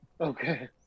Okay